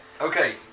Okay